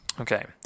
Okay